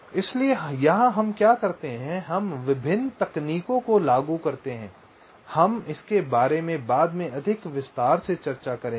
इसलिए यहां हम क्या करते हैं हम विभिन्न तकनीकों को लागू करते हैं इसलिए हम इसके बारे में बाद में अधिक विस्तार से चर्चा करेंगे